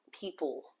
people